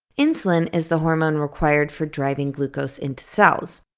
insulin is the hormone required for driving glucose into cells.